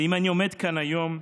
ואם אני עומד כאן היום,